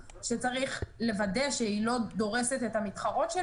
שצריך לוודא שהיא לא דורסת את המתחרות שלה.